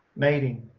mating.